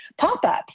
pop-ups